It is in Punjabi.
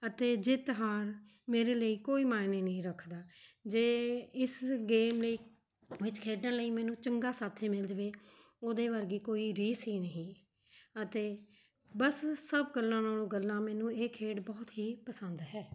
ਅਤੇ ਜਿੱਤ ਹਾਰ ਮੇਰੇ ਲਈ ਕੋਈ ਮਾਇਨੇ ਨਹੀਂ ਰੱਖਦਾ ਜੇ ਇਸ ਗੇਮ ਲਈ ਵਿੱਚ ਖੇਡਣ ਲਈ ਮੈਨੂੰ ਚੰਗਾ ਸਾਥੀ ਮਿਲ ਜਾਵੇ ਉਹਦੇ ਵਰਗੀ ਕੋਈ ਰੀਸ ਹੀ ਨਹੀਂ ਅਤੇ ਬਸ ਸਭ ਗੱਲਾਂ ਨਾਲੋਂ ਗੱਲਾਂ ਮੈਨੂੰ ਇਹ ਖੇਡ ਬਹੁਤ ਹੀ ਪਸੰਦ ਹੈ